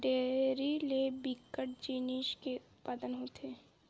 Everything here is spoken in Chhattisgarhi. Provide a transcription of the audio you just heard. डेयरी ले बिकट जिनिस के उत्पादन होथे